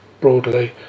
broadly